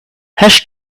hash